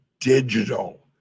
digital